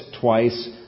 twice